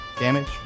damage